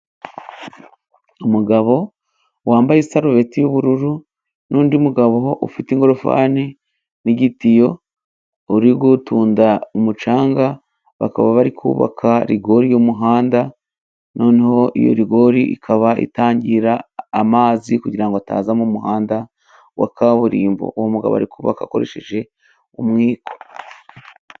Umugabo wambaye isarubeti y'ubururu, n'undi mugabo ufite ingofani n'igitiyo uri gutunda umucanga, bakaba bari kubaka rigori y'umuhanda, noneho iyo rigori ikaba itangira amazi kugira ngo ataza mu muhanda wa kaburimbo. Uwo mugabo ari kubaka akoresheje umwiko.